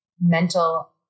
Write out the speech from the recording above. mental